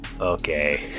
Okay